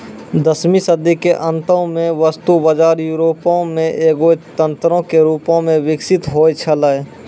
दसवीं सदी के अंतो मे वस्तु बजार यूरोपो मे एगो तंत्रो के रूपो मे विकसित होय छलै